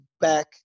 back